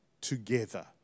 together